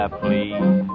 please